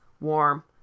warm